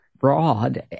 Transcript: broad